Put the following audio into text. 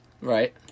Right